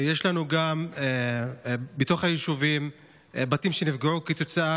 יש לנו בתוך היישובים גם בתים שנפגעו כתוצאה